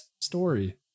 story